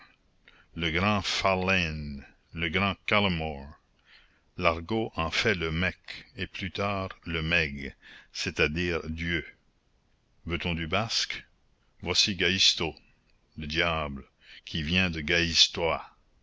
le grand farlane le grand callummore l'argot en fait le meck et plus tard le meg c'est-à-dire dieu veut-on du basque voici gahisto le diable qui vient de gaïztoa